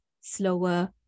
slower